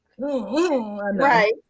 Right